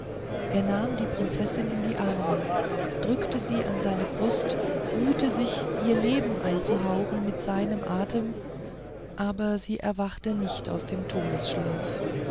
er nahm die prinzessin in die arme drückte sie an seine brust mühte sich ihr leben einzuhauchen mit seinem atem aber sie erwachte nicht aus dem todesschlaf